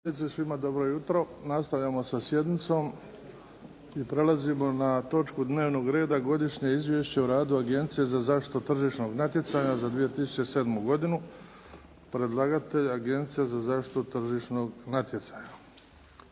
svima dobro jutro! Nastavljamo sa sjednicom i prelazimo na točku dnevnog reda: - Godišnje izvješće o radu Agencije za zaštitu tržišnog natjecanja za 2007. godinu Predlagatelj Agencija za zaštitu tržišnog natjecanja.